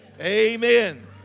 Amen